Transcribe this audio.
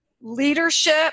leadership